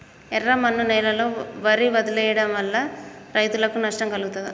ఎర్రమన్ను నేలలో వరి వదిలివేయడం వల్ల రైతులకు నష్టం కలుగుతదా?